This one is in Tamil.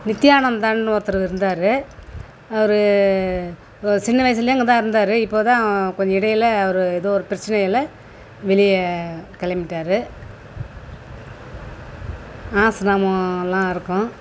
நித்யானந்தான்னு ஒருத்தர் இருந்தார் அவரு சின்ன வயசுல அங்கே தான் இருந்தார் இப்போ தான் கொஞ்சம் இடையில ஒரு எதோ ஒரு பிரச்சனையில் வெளியே கிளம்பிட்டாரு ஆசிரமம் எல்லாம் இருக்கும்